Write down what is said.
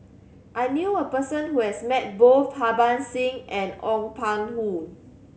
I knew a person who has met both Harbans Singh and Ong Pang Who